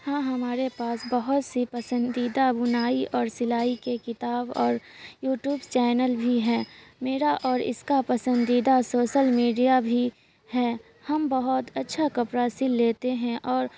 ہاں ہمارے پاس بہت سی پسندیدہ بنائی اور سلائی کے کتاب اور یو ٹیوب چینل بھی ہیں میرا اور اس کا پسندیدہ سوشل میڈیا بھی ہے ہم بہت اچھا کپڑا سل لیتے ہیں اور